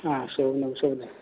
हा शोभनं शोभनम्